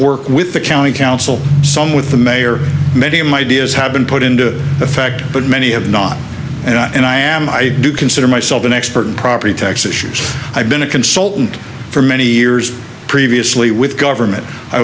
work with the county council some with the mayor many of my ideas have been put into effect but many have not and i am i do consider myself an expert in property tax issues i've been a consultant for many years previously with government i